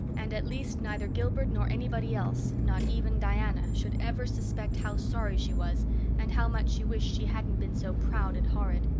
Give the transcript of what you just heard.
and at least neither gilbert nor anybody else, not even diana, should ever suspect how sorry she was and how much she wished she hadn't been so proud and horrid!